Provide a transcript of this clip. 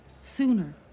Sooner